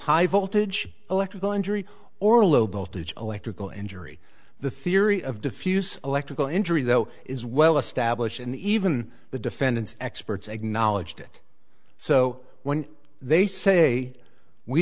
high voltage electrical injury or low voltage electrical injury the theory of diffuse electrical injury though is well established and even the defendant's experts acknowledged it so when they say we